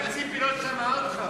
אבל ציפי לא שמעה אותך,